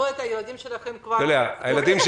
הילדים שלי מבוגרים.